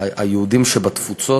היהודים שבתפוצות,